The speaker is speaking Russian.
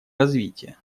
развития